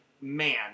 man